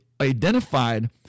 identified